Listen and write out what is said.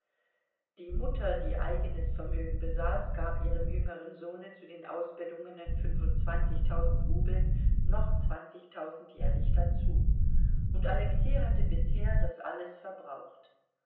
die mutter die eigenes vermögen besaß gab ihrem jüngeren sohne zu den ausbedungenen fünfundzwanzigtausend rubeln noch zwanzigtausend jährlich dazu und alexei hatte bisher das alles verbraucht